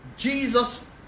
Jesus